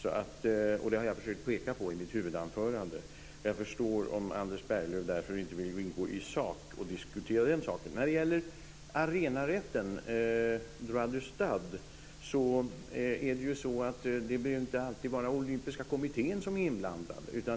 Det har jag försökt peka på i mitt huvudanförande. Men jag förstår om Anders Berglöv därför inte i sak vill diskutera den saken. När det gäller arenarätten, droit de stade, behöver det inte alltid vara Olympiska kommittén som är inblandad.